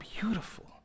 beautiful